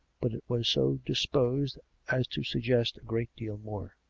but it was so disposed as to suggest a great deal more.